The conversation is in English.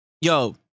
Yo